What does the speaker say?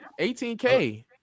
18K